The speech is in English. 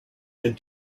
and